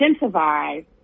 incentivize